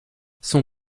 son